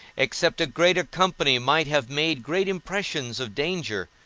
except a greater company might have made great impressions of danger,